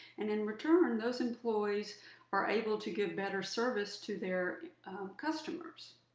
and in return those employees are able to give better service to their customers.